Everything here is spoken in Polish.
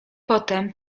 potem